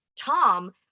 Tom